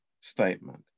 statement